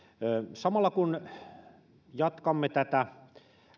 samalla kun jatkamme tätä